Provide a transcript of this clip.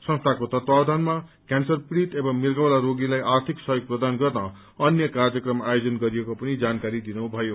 संस्थाको तत्वावधानमा क्यान्सर पीड़ित एवं मिगौँला रोगीलाई आर्थिक सहयोग प्रदान गर्न अन्य कार्यम्रम आयोजन गरिएको पनि जानकारी दिनुभयो